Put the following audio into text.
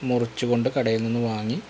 മുറിച്ചു കൊണ്ട് കടയിൽ നിന്നു വാങ്ങി